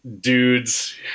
dudes